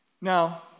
Now